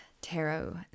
tarot